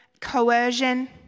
coercion